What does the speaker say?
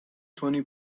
تونی